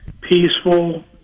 peaceful